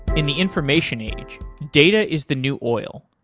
in the information age, data is the new oil.